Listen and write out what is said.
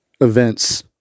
events